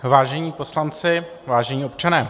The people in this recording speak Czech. Vážení poslanci, vážení občané.